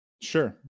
sure